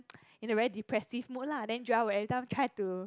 in a depressive mood lah then Joel will every time try to